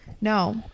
No